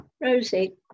Rosie